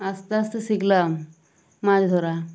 আস্তে আস্তে শিখলাম মাছ ধরা